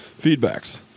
feedbacks